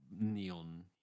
neon